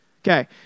Okay